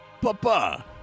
Papa